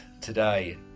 today